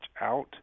out